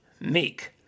Meek